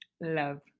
love